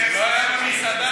זה היה לפני עשר שנים.